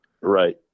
right